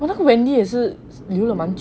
oh 那个 wendy 也是流的蛮久了 hor